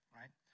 right